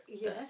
yes